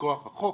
מכוח החוק